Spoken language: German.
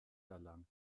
verlangt